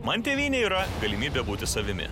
man tėvynė yra galimybė būti savimi